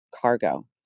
cargo